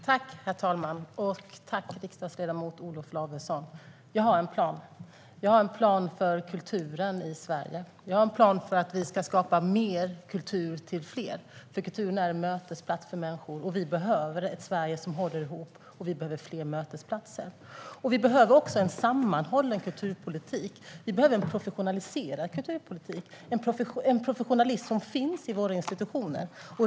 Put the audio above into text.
Herr talman! Jag tackar riksdagsledamot Olof Lavesson. Jag har en plan. Jag har en plan för kulturen i Sverige. Jag har en plan för att vi ska skapa mer kultur till fler. Kulturen är en mötesplats för människor, och vi behöver ett Sverige som håller ihop och fler mötesplatser. Vi behöver också en sammanhållen kulturpolitik. Vi behöver en professionaliserad kulturpolitik, en professionalism som finns i våra institutioner.